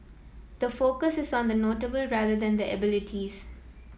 the focus is on the not able rather than the abilities